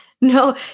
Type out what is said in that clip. No